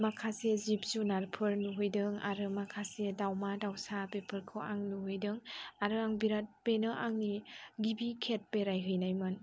माखासे जिब जुनारफोर नुहैदों आरो माखासे दावमा दावसा बेफोरखौ आं नुहैदों आरो आं बिराद बेनो आंनि गिबि खेब बेरायहैनायमोन